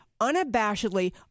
unabashedly